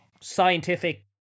scientific